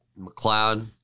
McLeod